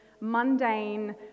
mundane